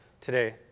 today